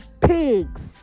pigs